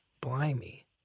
Blimey